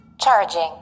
Charging